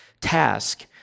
task